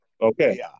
Okay